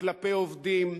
כלפי עובדים,